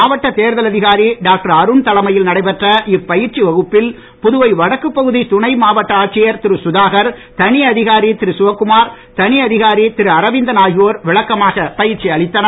மாவட்ட தேர்தல் அதிகாரி டாக்டர் அருண் தலைமையில் நடைபெற்ற இப்பயிற்சி வகுப்பில் புதுவை வடக்குப் பகுதி துணை மாவட்ட ஆட்சியர் திரு சுதாகர் தனி அதிகாரி திரு சிவக்குமார் தனி அதிகாரி திரு அரவிந்தன் ஆகியோர் விளக்கமாக பயிற்சி அளித்தனர்